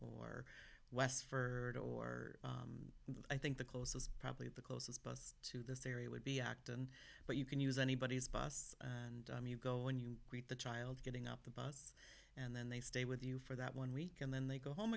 or wes for or i think the closest probably the closest bus to this area would be actin but you can use anybodies bus and you go when you greet the child getting up the bus and then they stay with you for that one week and then they go home